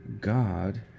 God